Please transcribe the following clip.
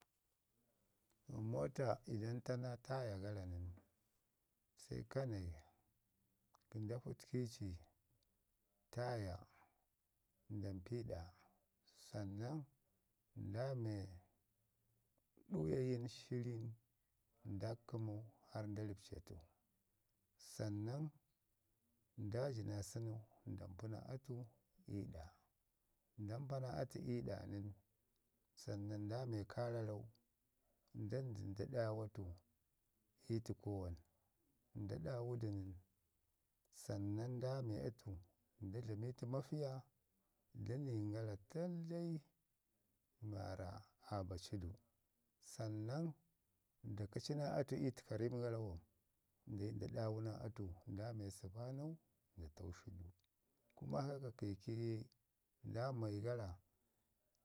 Mota, idan tana taya gara nən, ka nai nda fətki ci taya da mpi ɗa, san nan nda mw ɗuyayin shirin nda kəmau harr nda rabta tu, sannan nda ji naa sənu nda mpi naa atu ii da, nda mpa naa atu ii ɗa nən, sannan nda mi kararau ndandu nda ɗaawa tu ii təkau wan. Nda ɗaawu du nən sannan nda me atu, nda dlami to makiya da niyin gara tandlai mi waarra aa baci du. Sannan nda kaci naa atu i təka rim gara wam nda yi nda ɗaawu naa atu nda mai səpanau nda taushi du Kuma haka, keke ye, nda mayi gara,